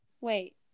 wait